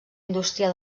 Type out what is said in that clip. indústria